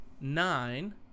nine